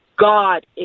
God